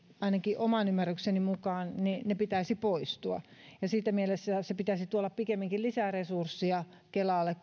ainakin oman ymmärrykseni mukaan pitäisi poistua siinä mielessä sen pitäisi tuoda pikemminkin lisää resursseja kelalle